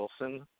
Wilson